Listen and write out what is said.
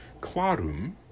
Clarum